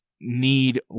need